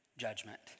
judgment